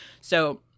So-